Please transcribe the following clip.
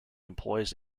employs